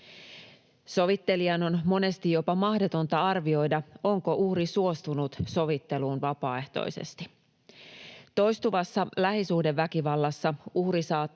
Sovittelijan on monesti jopa mahdotonta arvioida, onko uhri suostunut sovitteluun vapaaehtoisesti. Toistuvassa lähisuhdeväkivallassa uhri saattaa